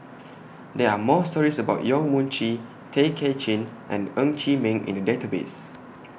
There Are stories about Yong Mun Chee Tay Kay Chin and Ng Chee Meng in The Database